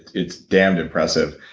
it's damned impressive.